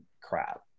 crap